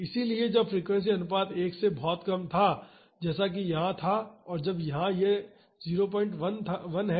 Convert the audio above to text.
इसलिए जब फ़्रीक्वेंसी अनुपात 1 से बहुत कम था जैसा कि यहाँ था जब यह यहाँ था तो यह 01 है